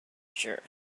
sure